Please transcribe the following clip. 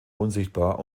unsichtbar